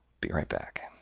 be right back!